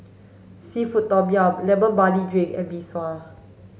seafood tom yum lemon barley drink and Mee Sua